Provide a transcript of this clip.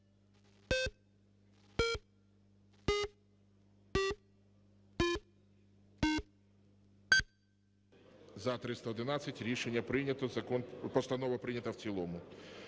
За-311 Рішення прийнято. Постанова прийнята в цілому.